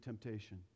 temptation